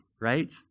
right